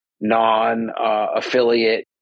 non-affiliate